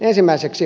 ensimmäiseksi